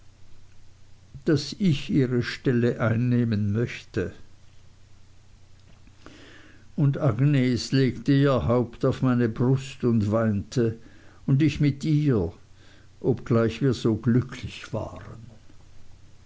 daß ich ihre stelle einnehmen möchte und agnes legte ihr haupt an meine brust und weinte und ich mit ihr obgleich wir so glücklich waren